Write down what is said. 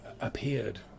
appeared